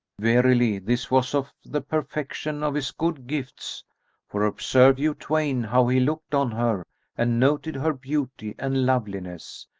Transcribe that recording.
verily, this was of the perfection of his good gifts for observe you twain how he looked on her and noted her beauty and loveliness,